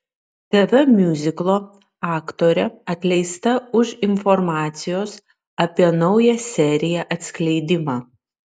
tv miuziklo aktorė atleista už informacijos apie naują seriją atskleidimą